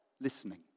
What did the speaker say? listening